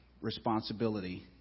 responsibility